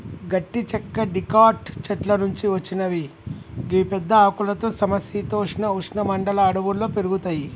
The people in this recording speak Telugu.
గట్టి చెక్క డికాట్ చెట్ల నుంచి వచ్చినవి గివి పెద్ద ఆకులతో సమ శీతోష్ణ ఉష్ణ మండల అడవుల్లో పెరుగుతయి